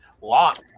lot